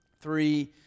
three